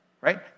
right